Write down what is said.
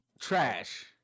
trash